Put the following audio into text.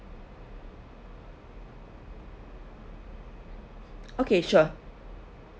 okay sure